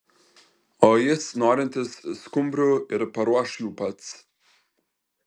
o jis norintis skumbrių ir paruoš jų pats